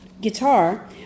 Guitar